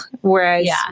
Whereas